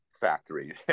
factory